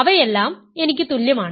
അവയെല്ലാം എനിക്ക് തുല്യമാണ്